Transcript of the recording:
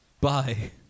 Bye